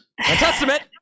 testament